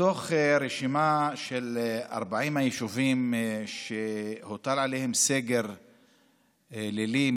מתוך רשימה של 40 היישובים שהוטל עליהם סגר לילי,